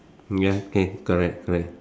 ya okay correct correct